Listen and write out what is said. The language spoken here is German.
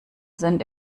sind